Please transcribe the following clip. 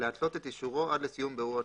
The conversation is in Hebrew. להתלות את אישורו עד לסיום בירור התלונה,